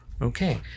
Okay